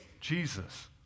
Jesus